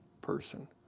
person